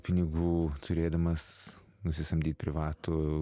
pinigų turėdamas nusisamdyti privatų